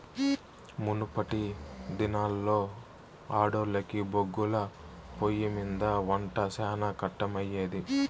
మునపటి దినాల్లో ఆడోల్లకి బొగ్గుల పొయ్యిమింద ఒంట శానా కట్టమయ్యేది